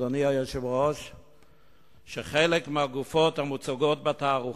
אני רוצה לשאול: וכי ככל הגויים בית ישראל?